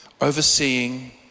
overseeing